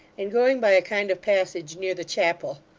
and going by a kind of passage near the chapel